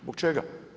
Zbog čega?